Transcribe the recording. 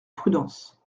prudence